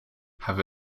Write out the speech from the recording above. have